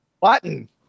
Button